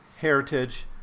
heritage